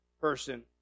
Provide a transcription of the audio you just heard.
person